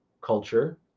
culture